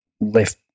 left